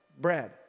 bread